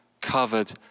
covered